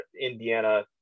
Indiana